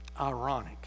ironic